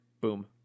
Boom